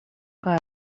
kaj